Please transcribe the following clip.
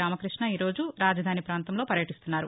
రామకృష్ణ ఈరోజు రాజధాని ప్రాంతంలో పర్యటిస్తున్నారు